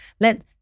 let